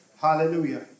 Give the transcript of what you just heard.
Hallelujah